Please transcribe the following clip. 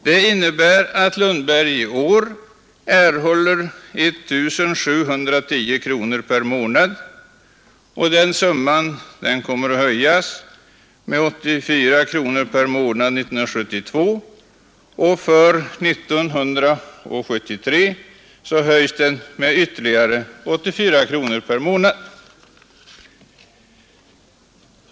Det innebär att Lundberg i år erhåller 1 710 kronor per månad, och den summan kommer att höjas med 84 kronor per månad 1972. För 1973 höjs den med ytterligare 84 kronor per månad.